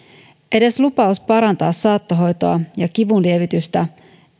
edes lupaus parantaa saattohoitoa ja kivunlievitystä